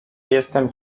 jestem